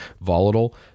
volatile